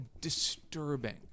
disturbing